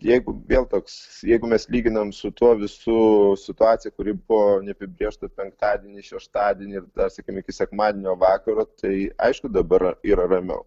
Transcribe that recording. jeigu vėl toks jeigu mes lyginam su tuo visu situaciją kuri buvo neapibrėžta penktadienį šeštadienį ir dar sakykim iki sekmadienio vakaro tai aišku dabar yra ramiau